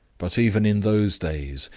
but, even in those days,